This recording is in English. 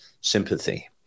sympathy